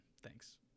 Thanks